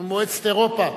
מועצת אירופה,